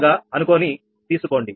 గా అనుకోని తీసుకోండి